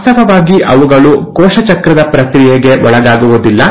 ವಾಸ್ತವವಾಗಿ ಅವುಗಳು ಕೋಶ ಚಕ್ರದ ಪ್ರಕ್ರಿಯೆಗೆ ಒಳಗಾಗುವುದಿಲ್ಲ